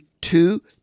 two